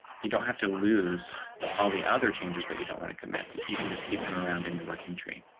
you don't have to lose all the other changes that you don't want to commit. you can just keep them around and you're working tree.